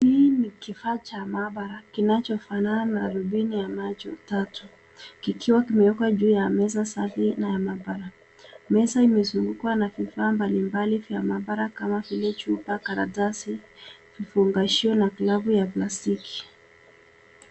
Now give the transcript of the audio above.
Hii ni kifaa cha maabara kinachofanana na darubini ya macho tatu kikiwa kimewekwa juu ya meza safi na ya maabara. Meza imezungukwa na vifaa mbalimbali vya maabara kama vile chupa, karatasi , vifungashio na glavu ya plastiki.